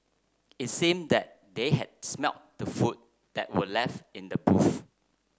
it seemed that they had smelt the food that were left in the